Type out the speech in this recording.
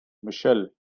michelle